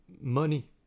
money